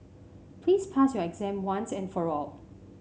please pass your exam once and for all